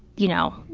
you know,